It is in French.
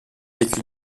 vécut